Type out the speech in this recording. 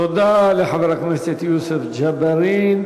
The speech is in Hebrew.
תודה לחבר הכנסת יוסף ג'בארין.